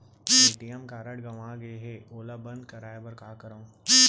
ATM card गंवा गे है ओला बंद कराये बर का करंव?